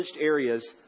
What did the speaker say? areas